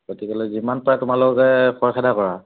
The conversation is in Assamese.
গতিকেলৈ যিমান পাৰা তোমালোকে খৰ খেদা কৰা